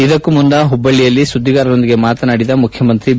ಇದಕ್ಕೂ ಮುನ್ನಾ ಹುಲ್ಲಳ್ಳಿಯಲ್ಲಿ ಸುದ್ನಿಗಾರರೊಂದಿಗೆ ಮಾತನಾಡಿದ ಮುಖ್ಯಮಂತ್ರಿ ಬಿ